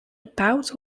about